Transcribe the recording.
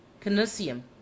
Canusium